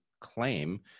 claim